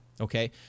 Okay